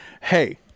hey